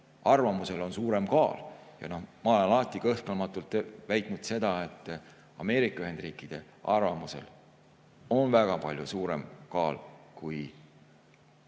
arvamusel on suurem kaal. Ma olen alati kõhklematult väitnud, et Ameerika Ühendriikide arvamusel on väga palju suurem kaal, ütleks